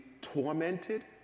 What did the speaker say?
tormented